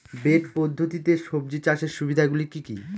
Bed পদ্ধতিতে সবজি চাষের সুবিধাগুলি কি কি?